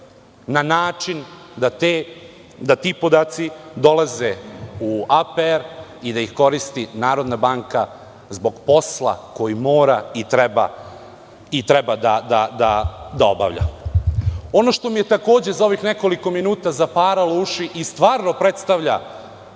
na način da ti podaci dolaze u APR i da ih koristi Narodna banka zbog posla koji mora i treba da obavlja. Ono što mi je takođe za ovih nekoliko minuta zaparalo uši i stvarno predstavlja